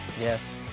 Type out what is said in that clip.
Yes